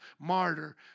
martyr